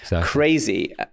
crazy